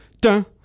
dun